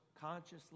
Consciously